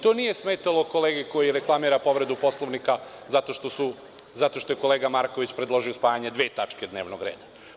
To nije smetalo kolegi koji reklamira povredu Poslovnika zato što je kolega Marković predložio spajanje dve tačke dnevnog reda.